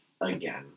again